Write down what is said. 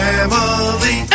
Family